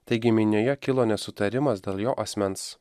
taigi minioje kilo nesutarimas dėl jo asmens